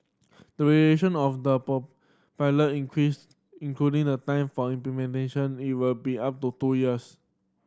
duration of the pilot increase including the time for implementation it will be up to two years